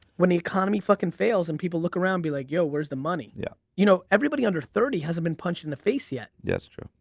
when the economy fucking fails and people look around, be like yo, where's the money? yeah you know everybody under thirty hasn't been punched in the face yet. yes, true.